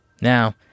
Now